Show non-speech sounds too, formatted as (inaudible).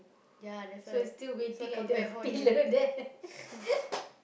ya that's why (noise) so come back haunt him (laughs)